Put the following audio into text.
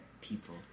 people